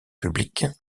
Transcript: publique